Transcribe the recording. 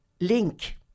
link